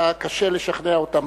היה קשה לשכנע אותם,